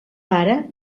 pare